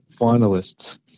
finalists